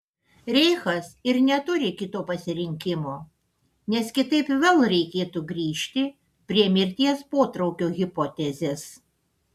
reichas ir neturi kito pasirinkimo nes kitaip vėl reikėtų grįžti prie mirties potraukio hipotezės